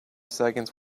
seconds